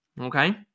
Okay